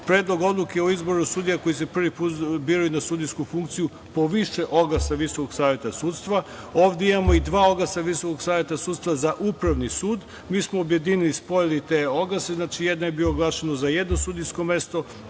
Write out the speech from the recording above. Predlog odluke sudija koji se prvi put biraju na sudijsku funkciju po više oglasa Visokog saveta sudstva. Ovde imamo i dva oglasa Visokog saveta sudstva za upravni sud. Mi smo objedinili, spojili te oglase. Znači, jedan je bio oglašen za jedno sudijsko mesto,